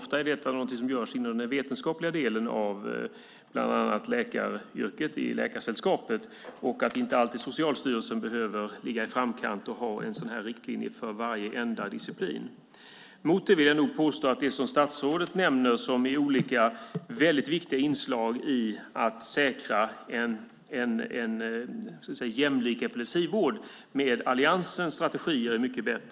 Ofta är detta någonting som görs inom den vetenskapliga delen av bland annat läkaryrket i Läkaresällskapet. Det är inte alltid Socialstyrelsen behöver ligga i framkant och ha en riktlinje för varenda disciplin. Mot detta vill jag nog påstå att det som statsrådet nämner och som är olika viktiga inslag i att säkra en jämlik epilepsivård är mycket bättre med alliansens strategier.